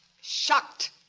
Shocked